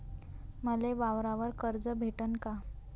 मले वावरावर कर्ज भेटन का?